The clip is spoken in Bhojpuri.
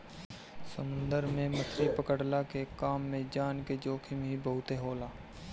समुंदर में मछरी पकड़ला के काम में जान के जोखिम ही बहुते होला